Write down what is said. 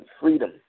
freedom